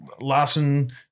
Larson